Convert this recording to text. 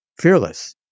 fearless